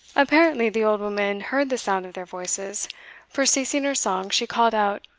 apparently the old woman heard the sound of their voices for, ceasing her song, she called out,